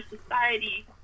society